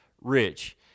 rich